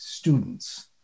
students